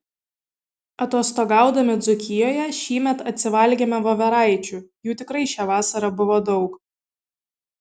atostogaudami dzūkijoje šįmet atsivalgėme voveraičių jų tikrai šią vasarą buvo daug